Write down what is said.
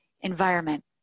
Environment